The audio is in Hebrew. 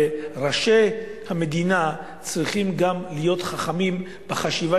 וראשי המדינה צריכים להיות גם חכמים בחשיבה